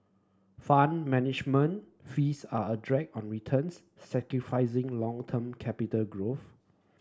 Fund Management fees are a drag on returns sacrificing long term capital growth